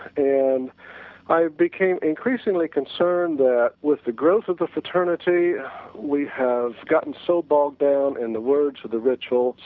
and i became increasingly concerned that with the growth of the fraternity we have gotten so bogged down and the words of the rituals,